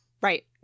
Right